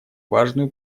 важную